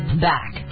back